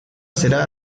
será